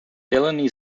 delany